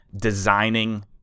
designing